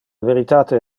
veritate